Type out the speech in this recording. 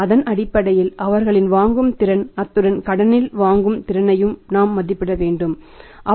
அதன் அடிப்படையில் அவர்களின் வாங்கும் திறன் அத்துடன் கடனில் வாங்கும் திறனையும் நாம் மதிப்பிட முடியும்